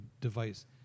device